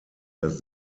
das